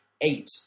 eight